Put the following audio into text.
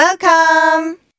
Welcome